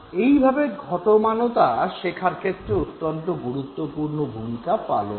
এইভাবে ঘটমানতা শেখার ক্ষেত্রে অত্যন্ত গুরুত্বপূর্ণ ভূমিকা পালন করে